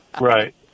Right